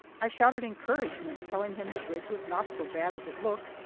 i shouted encouragement, telling him the bridge was not so bad as it looked,